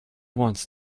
wants